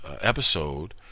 episode